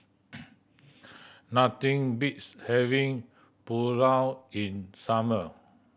nothing beats having Pulao in summer